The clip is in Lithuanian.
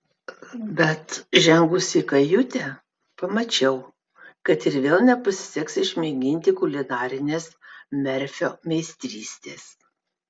bet žengusi į kajutę pamačiau kad ir vėl nepasiseks išmėginti kulinarinės merfio meistrystės